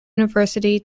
university